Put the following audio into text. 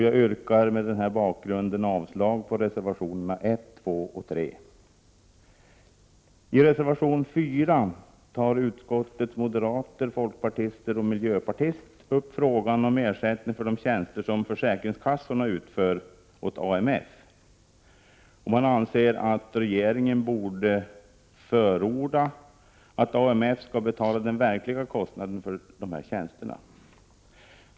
Jag yrkar mot denna bakgrund avslag på reservationerna 1, 2 och 3. I reservation 4 tar utskottets moderater, folkpartister och miljöpartist upp frågan om ersättning för de tjänster som försäkringskassorna utför åt AMF. Reservanterna anser att regeringen bör förorda att AMF skall betala den verkliga kostnaden för dessa tjänster.